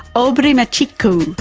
aubrey matshiqi,